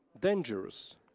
dangerous